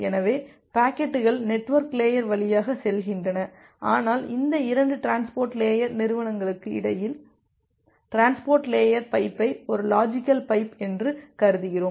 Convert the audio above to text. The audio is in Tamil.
எனவே பாக்கெட்டுகள் நெட்வொர்க் லேயர் வழியாக செல்கின்றன ஆனால் இந்த 2 டிரான்ஸ்போர்ட் லேயர் நிறுவனங்களுக்கு இடையில் டிரான்ஸ்போர்ட் லேயர் பைப்பை ஒரு லாஜிக்கல் பைப் என்று கருதுகிறோம்